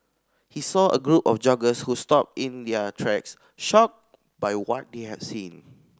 he saw a group of joggers who stopped in their tracks shocked by what they had seen